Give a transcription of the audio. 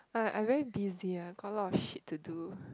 uh I very busy ah got a lot of shit to do